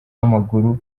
w’amaguru